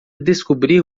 descobrir